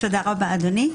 תודה רבה, אדוני.